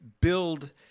build